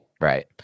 Right